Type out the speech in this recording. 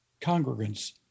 congregants